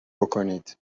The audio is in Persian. بکنید